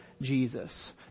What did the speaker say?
Jesus